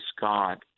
God